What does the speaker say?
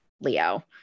Leo